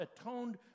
atoned